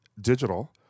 digital